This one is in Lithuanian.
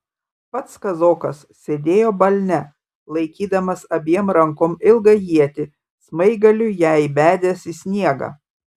pats kazokas sėdėjo balne laikydamas abiem rankom ilgą ietį smaigaliu ją įbedęs į sniegą